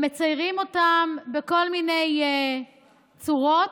מציירים אותם בכל מיני צורות,